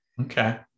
Okay